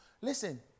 Listen